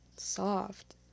soft